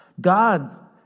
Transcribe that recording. God